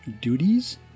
duties